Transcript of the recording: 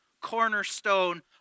cornerstone